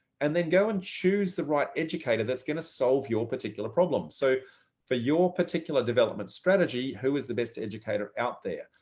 and then go and choose the right educator that's going to solve your particular problems. so for your particular development strategy, who is the best educator out there?